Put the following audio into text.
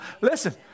listen